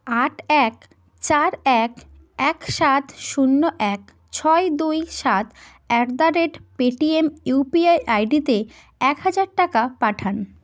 আট এক চার এক এক সাত শূন্য এক ছয় দুই সাত at the rate Paytm UPI ID তে এক হাজার টাকা পাঠান